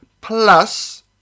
plus